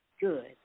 good